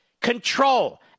control